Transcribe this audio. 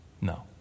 No